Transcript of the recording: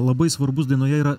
labai svarbus dainoje yra